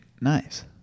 Nice